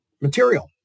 material